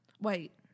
Wait